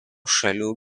šalių